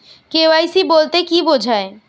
KYC বলতে কি বোঝায়?